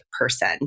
person